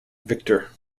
victor